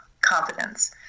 confidence